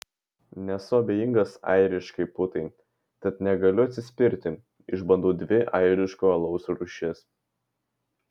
nesu abejingas airiškai putai tad negaliu atsispirti išbandau dvi airiško alaus rūšis